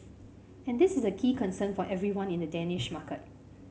and this is a key concern for everyone in the Danish market